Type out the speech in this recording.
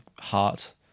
heart